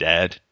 Dad